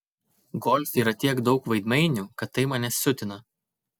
golfe yra tiek daug veidmainių kad tai mane siutina